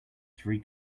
three